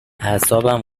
اعصابم